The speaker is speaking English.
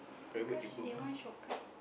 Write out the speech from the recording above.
because they want shortcut